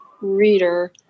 Reader